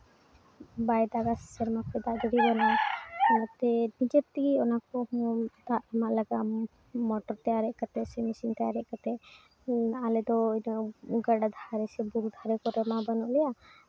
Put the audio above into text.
ᱵᱟᱭ ᱫᱟᱜᱟ ᱥᱮᱨᱢᱟ ᱠᱷᱚᱡ ᱫᱟᱜ ᱡᱩᱫᱤ ᱵᱟᱢ ᱧᱟᱢᱟ ᱚᱱᱟᱛᱮ ᱱᱤᱡᱮ ᱛᱮᱜᱮ ᱚᱱᱟ ᱠᱚᱦᱚᱸ ᱫᱟᱜ ᱮᱢᱟᱜ ᱞᱟᱜᱟᱜᱼᱟ ᱢᱚᱴᱚᱨ ᱛᱮ ᱟᱨᱮᱡ ᱠᱟᱛᱮ ᱥᱮ ᱢᱮᱥᱤᱱ ᱛᱮ ᱟᱨᱮᱡ ᱠᱟᱛᱮ ᱟᱞᱮ ᱫᱚ ᱜᱟᱰᱟ ᱫᱷᱟᱨᱮ ᱥᱮ ᱵᱩᱨᱩ ᱫᱷᱟᱨᱮ ᱠᱚᱨᱮ ᱢᱟ ᱵᱟᱹᱱᱩᱜ ᱞᱮᱭᱟ